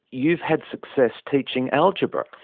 you've had success teaching algebra.